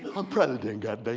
i'm president god dang